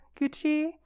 Gucci